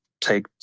take